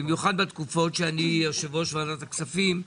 במיוחד בתקופות שאני יושב ראש ועדת הכספים,